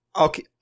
okay